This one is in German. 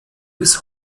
bis